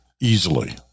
easily